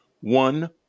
one